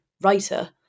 writer